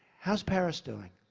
how is paris doing?